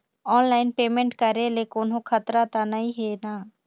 Online payment करे ले कोन्हो खतरा त नई हे न?